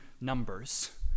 Numbers